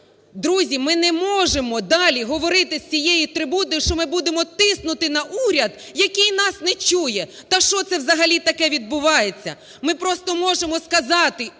Друзі! Ми не можемо далі говорити з цієї трибуни, що ми будемо тиснути на уряд, який нас не чує. Та що це взагалі таке відбувається?! Ми просто можемо сказати